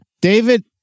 David